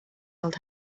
old